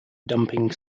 dumping